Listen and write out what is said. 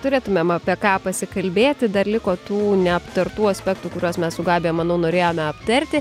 turėtumėm apie ką pasikalbėti dar liko tų neaptartų aspektų kuriuos mes su gabija manau norėjome aptarti